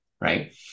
right